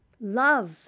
love